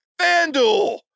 FanDuel